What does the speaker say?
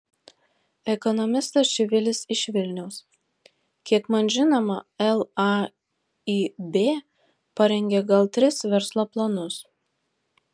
ekonomistas čivilis iš vilniaus kiek man žinoma laib parengė gal tris verslo planus